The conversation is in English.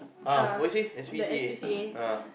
ah what you say S_P_C_A ah